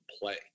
play